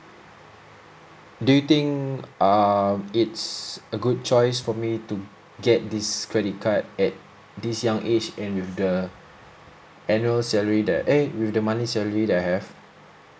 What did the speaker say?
do you think um it's a good choice for me to get this credit card at this young age and with the annual salary that eh with the monthly salary that I have